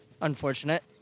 unfortunate